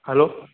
hello